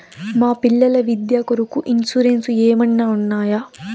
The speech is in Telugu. మా పిల్లల విద్య కొరకు ఇన్సూరెన్సు ఏమన్నా ఉన్నాయా?